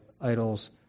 idols